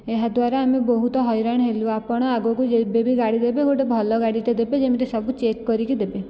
ଏହାଦ୍ୱାରା ଆମେ ବହୁତ ହଇରାଣ ହେଲୁ ଆପଣ ଆଗକୁ ଯେବେ ବି ଗାଡ଼ି ଦେବେ ଗୋଟିଏ ଭଲ ଗାଡ଼ିଟେ ଦେବେ ଯେମିତି ସବୁ ଚେକ୍ କରିକି ଦେବେ